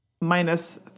minus